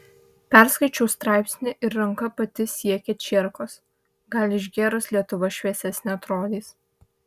perskaičiau straipsnį ir ranka pati siekia čierkos gal išgėrus lietuva šviesesne atrodys